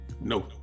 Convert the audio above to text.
Nope